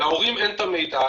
להורים אין את המידע,